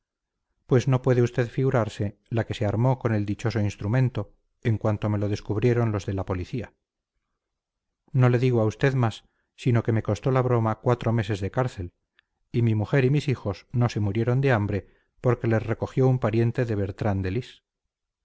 pues no puede usted figurarse la que se armó con el dichoso instrumento en cuanto me lo descubrieron los de la policía no le digo a usted más sino que me costó la broma cuatro meses de cárcel y mi mujer y mis hijos no se murieron de hambre porque les recogió un pariente de bertrán de